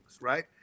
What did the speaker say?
right